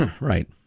right